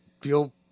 feel